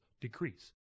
decrease